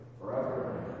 forever